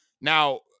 Now